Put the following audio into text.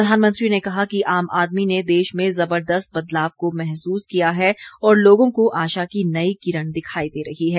प्रधानमंत्री ने कहा कि आम आदमी ने देश में जबरदस्त बदलाव को महसूस किया है और लोगों को आशा की नई किरण दिखाई दे रही हैं